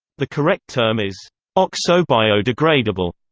the correct term is oxo-biodegradable.